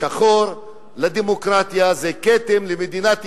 שחור לדמוקרטיה, זה כתם למדינת ישראל.